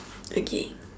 okay